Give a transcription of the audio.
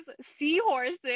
seahorses